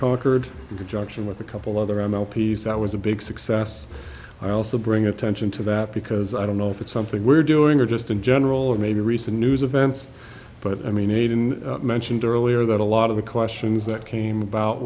concord junction with a couple other m l p's that was a big success i also bring attention to that because i don't know if it's something we're doing or just in general or maybe recent news events but i mean even mentioned earlier that a lot of the questions that came about